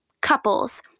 couples